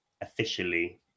officially